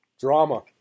Drama